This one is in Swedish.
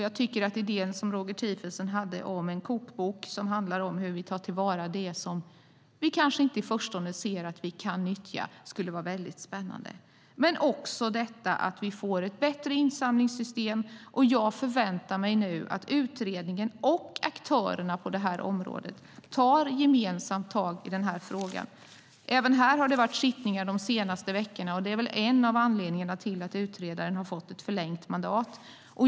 Jag tycker att Roger Tiefensees idé om en kokbok om hur vi tar till vara det som vi i förstone kanske inte ser att vi kan nyttja är mycket spännande. Vi måste också få ett bättre insamlingssystem. Jag förväntar mig att utredningen och aktörerna på det här området gemensamt tar tag i den här frågan. Även här har det varit sittningar de senaste veckorna. Det är väl en anledning till att utredaren har fått ett förlängt mandat.